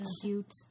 cute